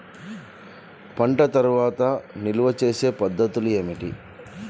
పంట తర్వాత నిల్వ చేసే పద్ధతులు ఏమిటి?